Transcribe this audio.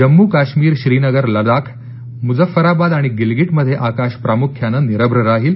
जम्मू काश्मीर श्रीनगर लदाख मुझफराबाद आणि गीलगीट मध्ये आकाश प्रामुख्यानं निरभ्न राहील